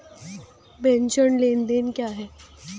प्रेषण लेनदेन क्या है?